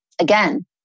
Again